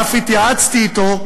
ואף התייעצתי אתו,